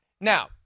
Now